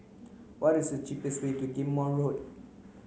what is the cheapest way to Ghim Moh Road